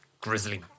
grizzly